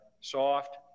soft